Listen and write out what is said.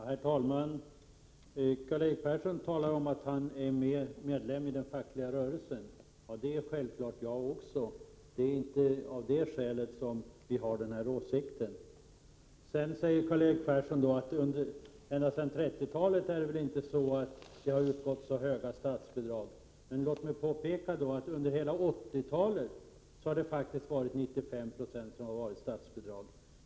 Herr talman! Karl-Erik Persson talade om att han är medlem i den fackliga rörelsen. Det är självfallet jag också. Det är inte för att vi inte skulle vara medlemmar i fackliga organisationer som vi har den här uppfattningen. Karl-Erik Persson invände att det väl inte ända sedan 1930-talet utgått så höga statsbidrag. Låt mig då påpeka att 95 90 varit statsbidrag under hela 1980-talet.